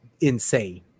insane